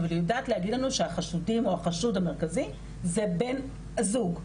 אבל היא יודעת להגיד לנו שהחשודים או החשוד המרכזי זה בן הזוג.